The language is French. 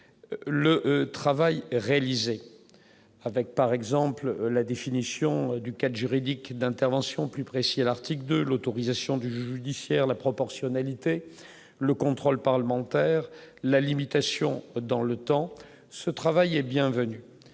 le travail réalisé avec par exemple la définition du 4 juridique d'intervention plus précis à l'article de l'autorisation du juge judiciaire la proportionnalité, le contrôle parlementaire la limitation dans le temps, ce travail est bienvenue,